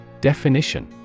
Definition